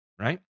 right